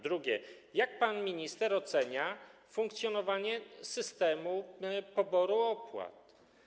Drugie: Jak pan minister ocenia funkcjonowanie systemu poboru opłat?